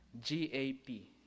G-A-P